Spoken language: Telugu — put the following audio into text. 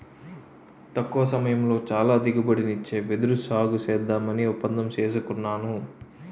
తక్కువ సమయంలో చాలా దిగుబడినిచ్చే వెదురు సాగుసేద్దామని ఒప్పందం సేసుకున్నాను